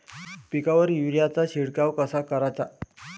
पिकावर युरीया चा शिडकाव कसा कराचा?